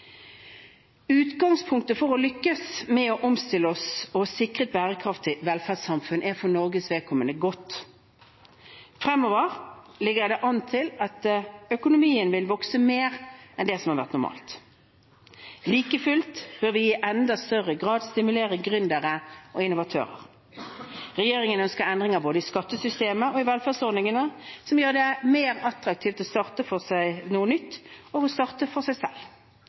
Utgangspunktet for å lykkes med å omstille seg og sikre et bærekraftig velferdssamfunn er for Norges vedkommende godt. Fremover ligger det an til at økonomien vil vokse mer enn det som har vært normalt. Like fullt bør vi i enda større grad stimulere gründere og innovatører. Regjeringen ønsker endringer i både skattesystemet og velferdsordningene som gjør det mer attraktivt å starte noe nytt og å starte for seg selv.